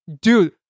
dude